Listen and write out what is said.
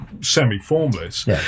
semi-formless